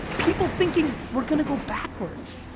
people thinking we're gonna go backwards,